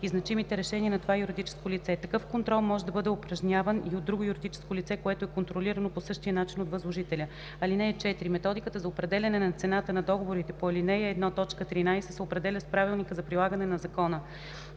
и значимите решения на това юридическо лице. Такъв контрол може да бъде упражняван и от друго юридическо лице, което е контролирано по същия начин от възложителя. (4) Методиката за определяне на цената на договорите по ал. 1, т. 13 се определя с правилника за прилагане на закона.